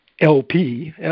LP